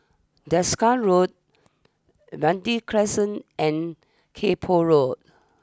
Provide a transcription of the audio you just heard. Desker Road Verde Crescent and Kay Poh Road